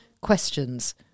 questions